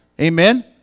amen